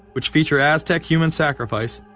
which feature aztec human sacrifice.